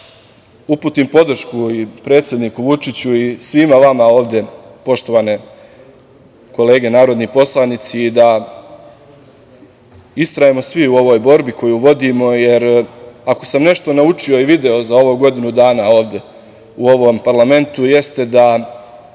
da uputim podršku predsedniku Vučiću i svima vama ovde poštovane kolege narodni poslanici i da istrajemo svi u ovoj borbi koju vodimo, jer ako sam nešto naučio i video za ovo godinu dana ovde u ovom parlamentu jeste da